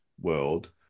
world